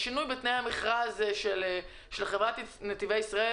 שינוי בתנאי המכרז של חברת נתיבי ישראל.